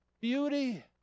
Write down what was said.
beauty